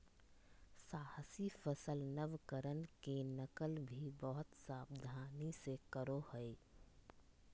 साहसी सफल नवकरण के नकल भी बहुत सावधानी से करो हइ